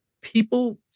people